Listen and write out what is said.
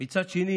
ומצד שני